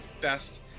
best